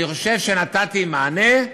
אני חושב שנתתי מענה,